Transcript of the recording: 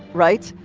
right.